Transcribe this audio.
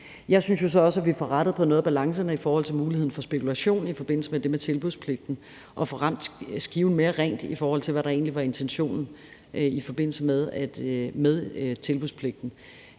Jeg synes også, vi får rettet på nogle af balancerne i forhold til muligheden for spekulation i forbindelse med det med tilbudspligten, og at vi får ramt skiven mere rent, i forhold til hvad der egentlig var intentionen i forbindelse med tilbudspligten.